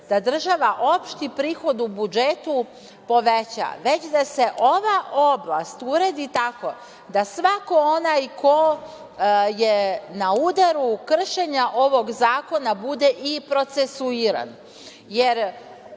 da država opšti prihod u budžetu poveća, već da se ova oblast uredi tako da svako onaj ko je na udaru kršenja ovog zakona bude i procesuiran,